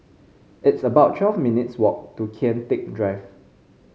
it's about twelve minutes' walk to Kian Teck Drive